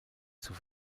zur